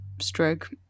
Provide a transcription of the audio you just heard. stroke